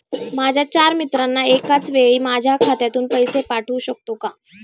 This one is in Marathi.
माझ्या चार मित्रांना एकाचवेळी माझ्या खात्यातून पैसे पाठवू शकतो का?